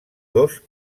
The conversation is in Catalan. dos